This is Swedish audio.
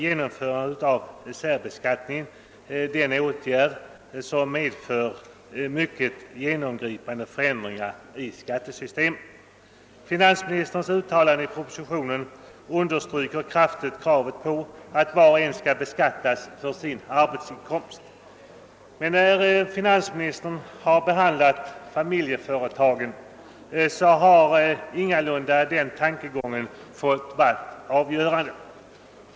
Genomförandet av särbeskattningen kan sägas vara en åtgärd som medför mycket genomgripande förändringar i skattesystemet. Finansministerns uttalande i propositionen understryker kraftigt kravet på att var och en skall beskattas för sin arbetsinkomst. Men när finansministern har behandlat familjeföretagen har ingalunda den tanken fått vara avgörande.